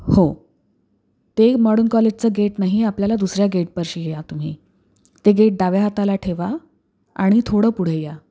हो ते मॉडर्न कॉलेजचं गेट नाही आपल्याला दुसऱ्या गेटपाशी या तुम्ही ते गेट डाव्या हाताला ठेवा आणि थोडं पुढे या